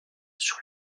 sur